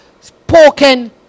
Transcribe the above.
spoken